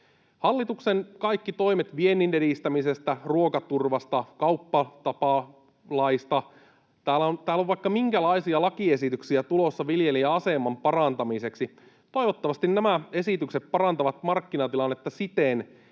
Hallituksen kaikki toimet viennin edistämisestä, ruokaturvasta, kauppatapalaista... Täällä on vaikka minkälaisia lakiesityksiä tulossa viljelijän aseman parantamiseksi. Toivottavasti nämä esitykset parantavat markkinatilannetta siten,